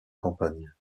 campagne